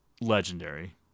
Legendary